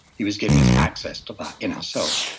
he was giving us access to that in ourselves.